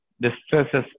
distresses